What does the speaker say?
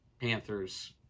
Panthers